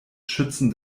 schützen